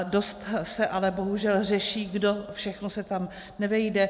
Dost se ale bohužel řeší, kdo všechno se tam nevejde.